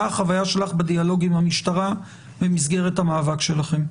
החוויה שלך בדיאלוג עם המשטרה במסגרת המאבק שלכן.